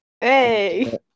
Hey